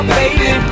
baby